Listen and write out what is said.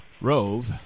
Rove